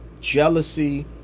jealousy